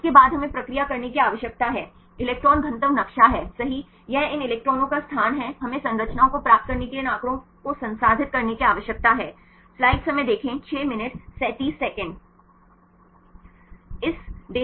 उसके बाद हमें प्रक्रिया करने की आवश्यकता है इलेक्ट्रॉन घनत्व नक्शा है सही यह इन इलेक्ट्रॉनों का स्थान है हमें संरचनाओं को प्राप्त करने के लिए इन आंकड़ों को संसाधित करने की आवश्यकता है